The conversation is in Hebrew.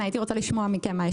הייתי רוצה לשמוע מכם.